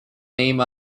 named